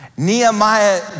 Nehemiah